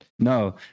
no